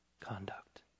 conduct